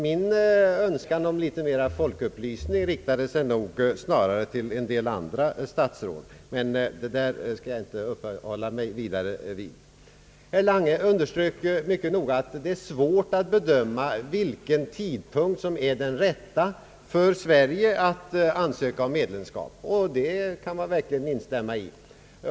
Min önskan om mera folkupplysning riktade sig snarare till en del andra statsråd. Herr Lange underströk att det är svårt att bedöma vilken tidpunkt som är den rätta för Sverige att ansöka om medlemskap. Detta kan man verkligen instämma i.